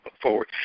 forward